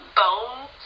bones